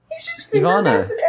Ivana